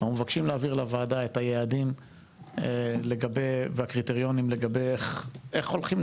אנחנו מבקשים להעביר לוועדה את היעדים והקריטריונים לגבי איך הולכים,